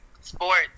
Sports